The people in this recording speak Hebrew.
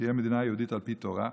שתהיה מדינה יהודית על פי תורה,